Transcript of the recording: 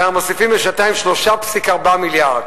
ואנחנו מוסיפים לשנתיים 3.4 מיליארד: